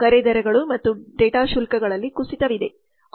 ಕರೆ ದರಗಳು ಮತ್ತು ಡೇಟಾ ಶುಲ್ಕಗಳಲ್ಲಿ ಕುಸಿತವಿದೆ